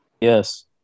Yes